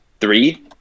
three